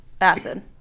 acid